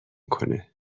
کنه